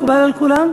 מקובל על כולם?